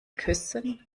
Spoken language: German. küssen